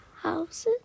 Houses